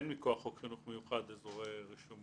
אין מכוח חוק חינוך מיוחד אזורי רישום.